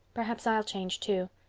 perhaps i'll change too.